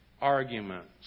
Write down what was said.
arguments